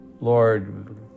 Lord